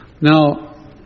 Now